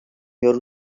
یارو